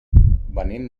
venim